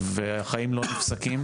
והחיים לא נפסקים